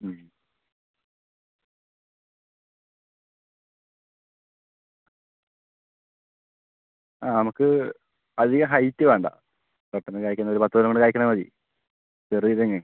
മ് ആ നമുക്ക് അധികം ഹൈറ്റ് വേണ്ട പെട്ടെന്ന് കായ്ക്കുന്ന ഒരു പത്ത് കൊല്ലം കൊണ്ട് കായ്ക്കണ മതി ചെറിയ തെങ്ങേ